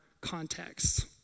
context